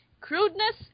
Crudeness